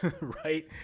Right